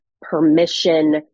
Permission